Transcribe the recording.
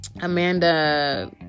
Amanda